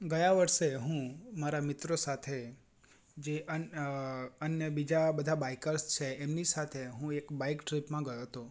ગયા વર્ષે હું મારા મિત્રો સાથે જે અન્ય બીજા બધા બાઈકર્સ છે એમની સાથે હું એક બાઈક ટ્રીપમાં ગયો હતો